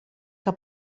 que